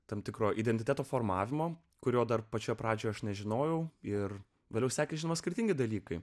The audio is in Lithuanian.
tam tikro identiteto formavimo kurio dar pačioje pradžioje aš nežinojau ir vėliau sekė žino skirtingi dalykai